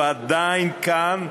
הוא עדיין כאן,